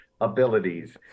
abilities